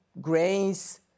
grains